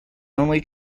only